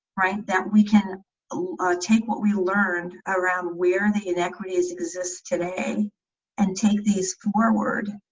right? that we can take what we learned around where the inequities exist today and take these forward